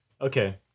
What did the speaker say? Okay